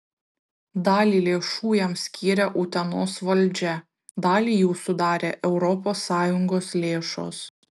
dalį lėšų jam skyrė utenos valdžia dalį jų sudarė europos sąjungos lėšos